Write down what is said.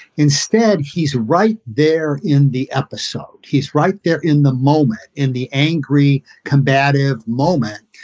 instead, he's right there in the episode. he's right there in the moment in the angry, combatted moment,